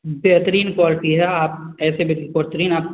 बेहतरीन क्वालिटी है आप ऐसे आप